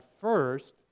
first